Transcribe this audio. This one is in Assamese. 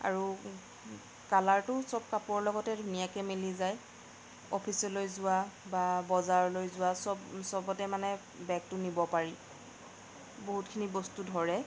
আৰু কালাৰটোও চব কাপোৰৰ লগতে ধুনীয়াকৈ মিলি যায় অফিচলৈ যোৱা বা বজাৰলৈ যোৱা চব চবতে মানে বেগটো নিব পাৰি বহুতখিনি বস্তু ধৰে